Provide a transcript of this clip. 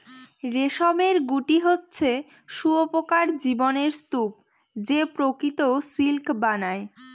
রেশমের গুটি হচ্ছে শুঁয়োপকার জীবনের স্তুপ যে প্রকৃত সিল্ক বানায়